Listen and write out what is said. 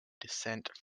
dissent